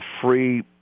free